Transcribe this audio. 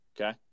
okay